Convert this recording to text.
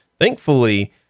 Thankfully